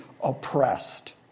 oppressed